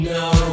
no